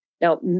Now